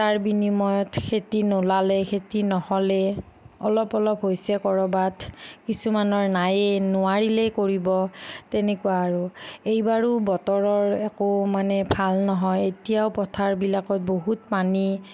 তাৰ বিনিময়ত খেতি নোলালে খেতি নহ'লে অলপ অলপ হৈছে কৰবাত কিছুমানৰ নাইয়ে নোৱাৰিলেই কৰিব তেনেকুৱা আৰু এইবাৰো বতৰৰ একো মানে ভাল নহয় এতিয়াও পথাৰবিলাকত বহুত পানী